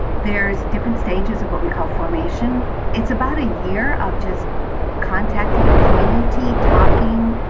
there's different stages of what we call formation. it's about a year of just contacting that community, talking,